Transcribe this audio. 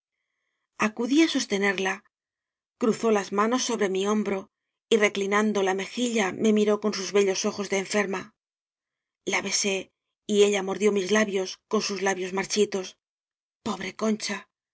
acudí á sostenerla cruzó las manos sobre mi hombro y reclinando la mejilla me miró con sus bellos ojos de enferma la besé y ella mordió mis labios con sus labios mar chitos pobre concha